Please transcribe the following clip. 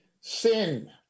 sin